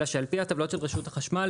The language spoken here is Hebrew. אלא שעל פי הטבלאות של רשות החשמל,